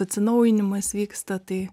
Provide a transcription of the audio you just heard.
atsinaujinimas vyksta tai